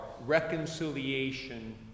reconciliation